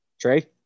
Trey